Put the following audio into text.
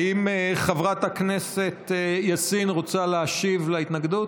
האם חברת הכנסת יאסין רוצה להשיב על ההתנגדות?